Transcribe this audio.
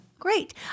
Great